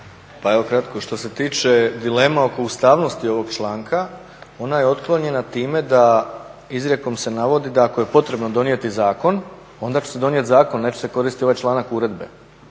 Pa evo kratko. Što se tiče dilema oko ustavnosti ovog članka, ona je otklonjena time da izrijekom se navodi da ako je potrebno donijeti zakon on će se donijet zakon, neće se koristit ovaj članak uredbe.